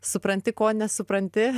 supranti ko nesupranti